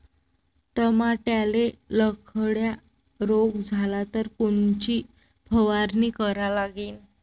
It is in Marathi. टमाट्याले लखड्या रोग झाला तर कोनची फवारणी करा लागीन?